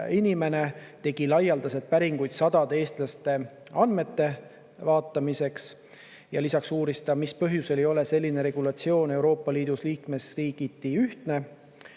inimene tegi laialdaselt päringuid sadade eestlaste andmete vaatamiseks, ja lisaks uuris ta, mis põhjusel ei ole selline regulatsioon Euroopa Liidus liikmesriigiti ühtne.